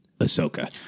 Ahsoka